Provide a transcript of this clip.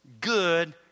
good